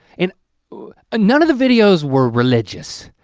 and ah none of the videos were religious.